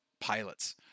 pilots